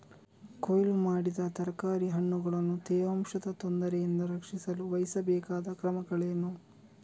ಕೊಯ್ಲು ಮಾಡಿದ ತರಕಾರಿ ಹಣ್ಣುಗಳನ್ನು ತೇವಾಂಶದ ತೊಂದರೆಯಿಂದ ರಕ್ಷಿಸಲು ವಹಿಸಬೇಕಾದ ಕ್ರಮಗಳೇನು?